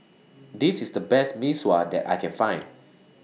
This IS The Best Mee Sua that I Can Find